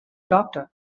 doctor